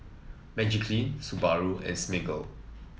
Magiclean Subaru and Smiggle